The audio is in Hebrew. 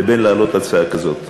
ובין להעלות הצעה כזאת?